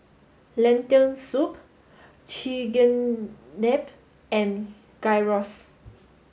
Lentil Soup Chigenabe and Gyros